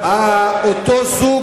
אותו זוג,